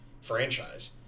franchise